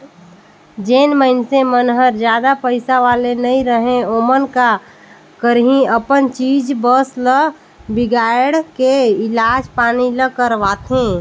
जेन मइनसे मन हर जादा पइसा वाले नइ रहें ओमन का करही अपन चीच बस ल बिगायड़ के इलाज पानी ल करवाथें